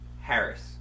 Harris